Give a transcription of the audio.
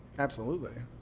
absolutely